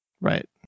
right